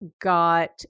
got